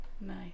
Nice